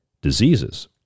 diseases